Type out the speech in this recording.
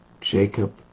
Jacob